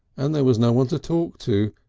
and there was no one to talk to,